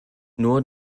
nur